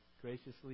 graciously